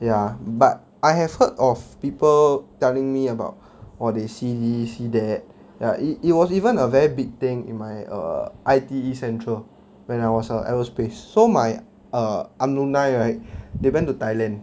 ya but I have heard of people telling me about orh they see see that ya it it was even a very big thing in my err I_T_E central when I was a aerospace so my err alumni right they went to Thailand